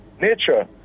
nature